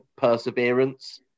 perseverance